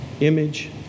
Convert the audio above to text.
Image